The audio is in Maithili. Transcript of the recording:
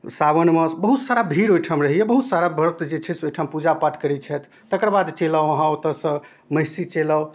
सावनमे बहुत सारा भीड़ ओहिठाम रहैए बहुत सारा भक्त जे छै से ओहिठाम पूजा पाठ करै छथि तकर बाद चलि आउ अहाँ ओतऽसँ महिषी चलि आउ